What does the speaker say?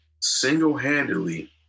single-handedly